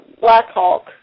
Blackhawk